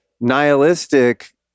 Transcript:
nihilistic